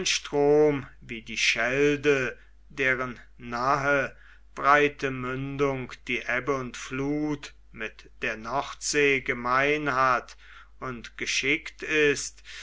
strom wie die schelde deren nahe breite mündung die ebbe und fluth mit der nordsee gemein hat und geschickt ist